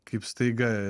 kaip staiga